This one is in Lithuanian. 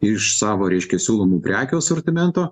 iš savo reiškia siūlomų prekių asortimento